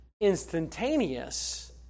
instantaneous